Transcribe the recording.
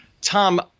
Tom